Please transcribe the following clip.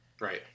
Right